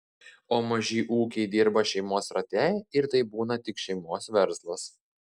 o maži ūkiai dirba šeimos rate ir tai būna tik šeimos verslas